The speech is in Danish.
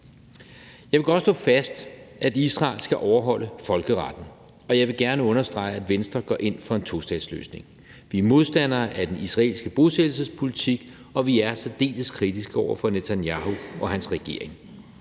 Jeg vil godt slå fast, at Israel skal overholde folkeretten, og jeg vil gerne understrege, at Venstre går ind for en tostatsløsning. Vi er modstandere af den israelske bosættelsespolitik, og vi er særdeles kritiske over for Netanyahu og hans regering.